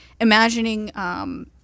imagining